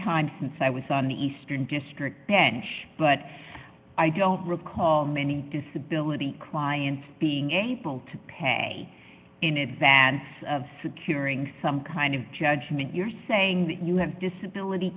time since i was on the eastern district bench but i don't recall any disability clients being able to pay in advance of securing some kind of judgment you're saying that you have disability